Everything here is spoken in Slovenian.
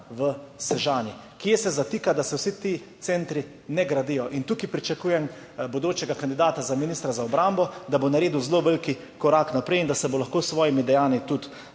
v Sežani. Kje se zatika, da se vsi ti centri ne gradijo. In tukaj pričakujem bodočega kandidata za ministra za obrambo, da bo naredil zelo velik korak naprej in da se bo lahko s svojimi dejanji tudi